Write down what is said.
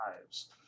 lives